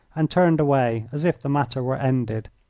and turned away as if the matter were ended.